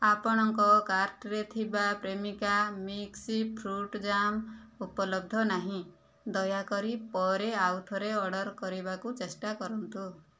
ଆପଣଙ୍କ କାର୍ଟ୍ରେ ଥିବା ପ୍ରେମିକା ମିକ୍ସ ଫ୍ରୁଟ୍ ଜାମ୍ ଉପଲବ୍ଧ ନାହିଁ ଦୟାକରି ପରେ ଆଉଥରେ ଅର୍ଡ଼ର୍ କରିବାକୁ ଚେଷ୍ଟା କରନ୍ତୁ